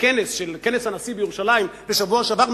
בכנס הנשיא בירושלים בשבוע שעבר,